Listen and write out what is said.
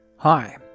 Hi